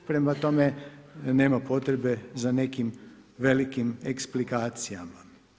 Prema tome, nema potrebe za nekim velikim eksplikacijama.